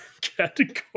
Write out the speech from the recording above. category